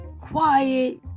quiet